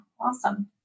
Awesome